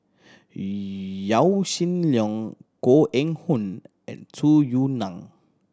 Yaw Shin Leong Koh Eng Hoon and Tung Yue Nang